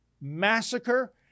massacre